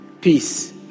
Peace